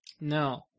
No